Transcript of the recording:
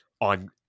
on